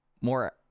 more